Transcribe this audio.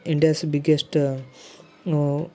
india's biggest